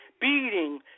beating